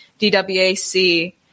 DWAC